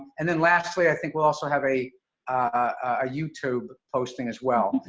and then lastly, i think we'll also have a ah youtube posting as well,